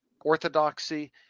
orthodoxy